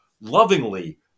lovingly